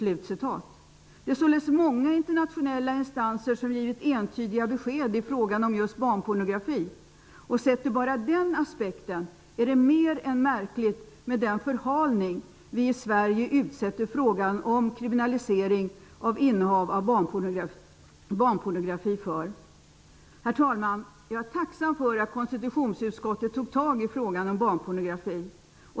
Det är således många internationella instanser som givit entydiga besked i frågan om just barnpornografi. Sett ur bara den aspekten är den förhalning vi i Sverige utsätter frågan om kriminalisering och innehav av barnpornografi för mer än märklig. Herr talman! Jag är tacksam för att konstitutionsutskottet tog tag i frågan om barnpornografi.